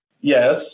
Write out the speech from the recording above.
Yes